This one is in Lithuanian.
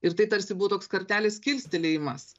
ir tai tarsi buvo toks kartelės kilstelėjimas